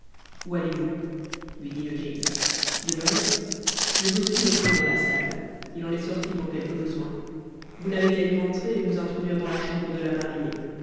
où allez-vous lui dit le génie demeurez le bossu n'est plus dans la salle il en est sorti pour quelque besoin vous n'avez qu'à y rentrer et vous introduire dans la chambre de la mariée